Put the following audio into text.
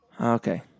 Okay